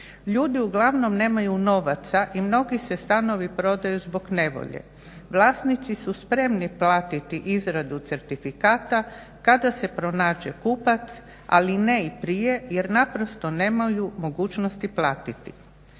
Ljudi uglavnom nemaju novaca i mnogi se stanovi prodaju zbog nevolje. Vlasnici su spremni platiti izradu certifikata kada se pronađe kupac ali ne i prije jer naprosto nemaju mogućnosti platiti.